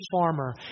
farmer